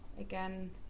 again